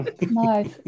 Nice